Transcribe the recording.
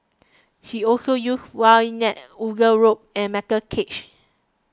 he also uses wide nets wooden rod and metal cages